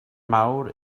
mawr